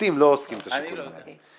שופטים לא עושים את השיקולים האלה.